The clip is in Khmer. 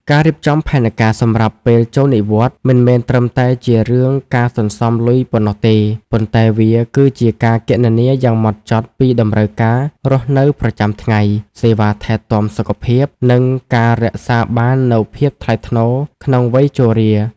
ការរៀបចំផែនការសម្រាប់ពេលចូលនិវត្តន៍មិនមែនត្រឹមតែជារឿងការសន្សំលុយប៉ុណ្ណោះទេ ប៉ុន្តែវាគឺជាការគណនាយ៉ាងម៉ត់ចត់ពីតម្រូវការរស់នៅប្រចាំថ្ងៃ សេវាថែទាំសុខភាព និងការរក្សាបាននូវភាពថ្លៃថ្នូរក្នុងវ័យជរា។